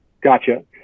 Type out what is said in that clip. Gotcha